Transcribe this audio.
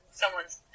someone's